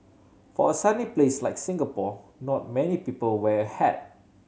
for a sunny place like Singapore not many people wear hat